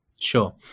Sure